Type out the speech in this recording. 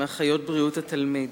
מאחיות בריאות התלמיד,